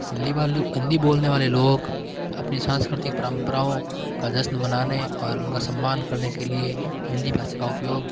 हिंदी वालों हिंदी बोलने वाले लोग अपनी सांस्कृति परम्पराओं का जश्न मनाने और उनका सम्मान करने के लिए हिंदी भाषा का उपयोग